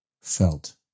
felt